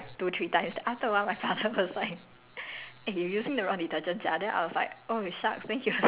so I just never see then I just take and then I fill in then after like and then I did that like two three times after a while my father was like